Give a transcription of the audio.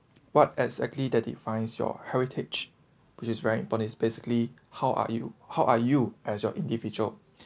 what exactly that defines your heritage which is very important is basically how are you how are you as your individual